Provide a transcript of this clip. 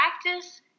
practice